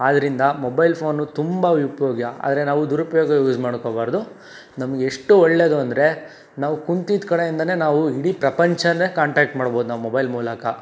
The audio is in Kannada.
ಆದ್ದರಿಂದ ಮೊಬೈಲ್ ಫೋನು ತುಂಬ ಉಪಯೋಗ ಆದರೆ ನಾವು ದುರುಪಯೋಗಕ್ಕೆ ಯೂಸ್ ಮಾಡ್ಕೊಬಾರ್ದು ನಮಗೆಷ್ಟು ಒಳ್ಳೆಯದು ಅಂದರೆ ನಾವು ಕುಂತಿದ ಕಡೆಯಿಂದಲೇ ನಾವು ಇಡೀ ಪ್ರಪಂಚನೇ ಕಾಂಟಾಕ್ಟ್ ಮಾಡ್ಬೋದು ನಾವು ಮೊಬೈಲ್ ಮೂಲಕ